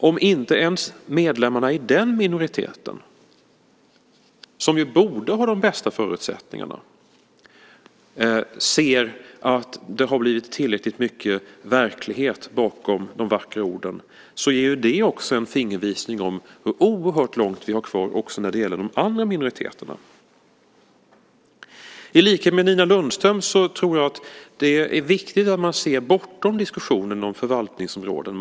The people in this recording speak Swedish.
Om inte ens medlemmarna i den minoriteten, som ju borde ha de bästa förutsättningarna, ser att det har blivit tillräckligt mycket verklighet bakom de vackra orden så ger det en fingervisning om hur oerhört långt vi har kvar också när det gäller de andra minoriteterna. I likhet med Nina Lundström tror jag att det är viktigt att man ser bortom diskussionen om förvaltningsområden.